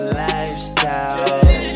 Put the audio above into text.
lifestyle